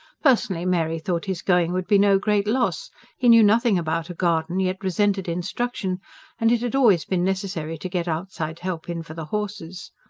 personally mary thought his going would be no great loss he knew nothing about a garden, yet resented instruction and it had always been necessary to get outside help in for the horses.